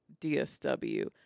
DSW